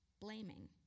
Blaming